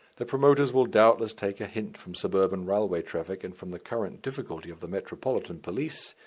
the promoters will doubtless take a hint from suburban railway traffic and from the current difficulty of the metropolitan police,